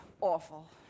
awful